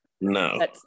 No